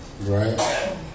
right